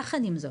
יחד עם זאת